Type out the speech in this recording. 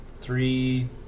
Three